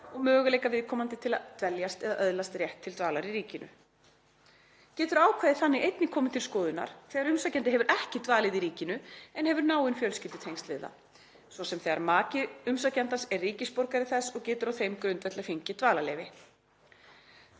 og möguleika viðkomandi til að dveljast eða öðlast rétt til dvalar í ríkinu. Getur ákvæðið þannig komið til skoðunar þegar umsækjandi hefur ekki dvalið í ríkinu en hefur náin fjölskyldutengsl við það, s.s. þegar maki umsækjandans er ríkisborgari þess og getur á þeim grundvelli fengið dvalarleyfi.